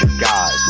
guys